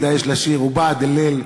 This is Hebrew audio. (אומר דברים בשפה הערבית).